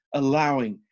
allowing